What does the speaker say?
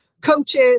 coaches